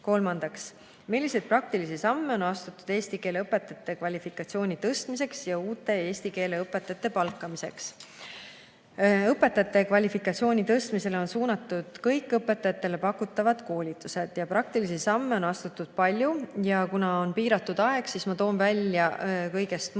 "Milliseid praktilisi samme on astutud eesti keele õpetajate kvalifikatsiooni tõstmiseks ja uute eesti keele õpetajate palkamiseks?" Õpetajate kvalifikatsiooni tõstmisele on suunatud kõik õpetajatele pakutavad koolitused ja praktilisi samme on astutud palju. Kuna aeg on piiratud, siis ma toon välja kõigest mõned